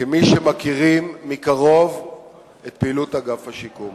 שמכירים מקרוב את פעילות אגף השיקום,